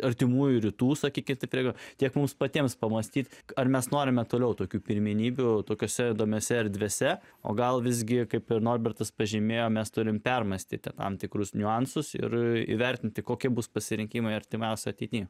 artimųjų rytų sakykite jeigu tiek mums patiems pamąstyti ar mes norime toliau tokių pirmenybių tokiose įdomiose erdvėse o gal visgi kaip ir norbertas pažymėjo mes turime permąstyti tam tikrus niuansus ir įvertinti kokie bus pasirinkimai artimiausioje ateityje